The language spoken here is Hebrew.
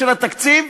של התקציב,